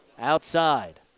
outside